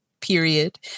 period